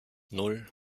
nan